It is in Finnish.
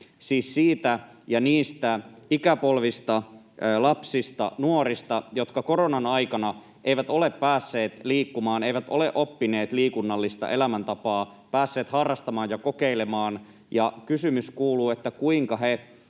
siis niistä ikäpolvista, lapsista ja nuorista, jotka koronan aikana eivät ole päässeet liikkumaan, eivät ole oppineet liikunnallista elämäntapaa, päässeet harrastamaan ja kokeilemaan. Kysymys kuuluu, kuinka he